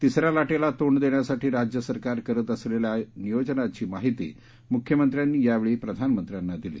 तिसऱ्या लाटेला तोंड देण्यासाठी राज्य सरकार करत असलेल्या नियोजनाची माहिती मुख्यमंत्र्यांनी यावेळी प्रधानमंत्र्यांना दिली